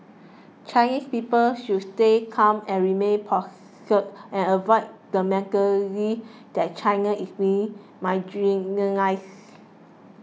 Chinese people should stay calm and remain poised and avoid the mentality that China is being marginalised